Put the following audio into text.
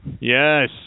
Yes